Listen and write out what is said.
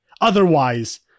otherwise